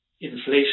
inflation